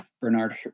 Bernard